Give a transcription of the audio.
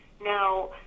Now